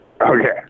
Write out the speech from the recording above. Okay